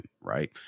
right